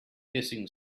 hissing